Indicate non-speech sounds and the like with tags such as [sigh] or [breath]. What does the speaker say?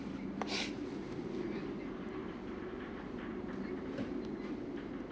[breath]